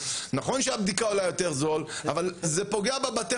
נכון שהבדיקה זולה יותר אבל זה פוגע בבתי